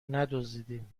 ندزدیدیم